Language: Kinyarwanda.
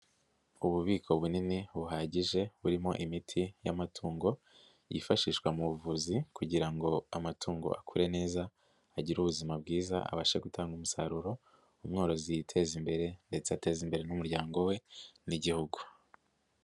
Ububiko bunini buhagije burimo imiti y'amatungo yifashishwa mu buvuzi kugira ngo amatungo akure neza agire ubuzima bwiza abashe gutanga umusaruro umworozi yiteza imbere ndetse ateza imbere n'umuryango we n'igihugu.